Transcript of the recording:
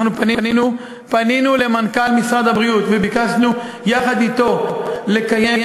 אנחנו פנינו למנכ"ל משרד הבריאות וביקשנו יחד אתו לקיים,